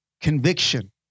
Conviction